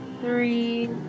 three